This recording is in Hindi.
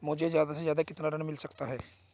मुझे ज्यादा से ज्यादा कितना ऋण मिल सकता है?